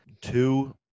two